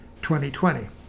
2020